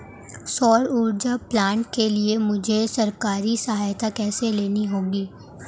सौर ऊर्जा प्लांट के लिए मुझे सरकारी सहायता कैसे लेनी होगी?